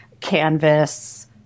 canvas